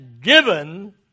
given